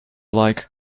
like